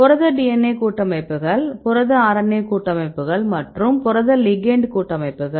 புரத DNA கூட்டமைப்புகள் புரத RNA கூட்டமைப்புகள் மற்றும் புரத லிகெண்ட் கூட்டமைப்புகள்